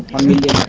on the